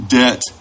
debt